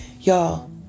y'all